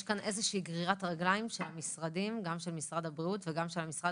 יש כאן איזושהי גרירת רגליים של משרד הבריאות והמשרד